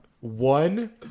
One